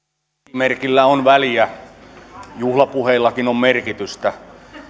esimerkillä on väliä juhlapuheillakin on merkitystä